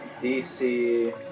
DC